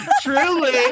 truly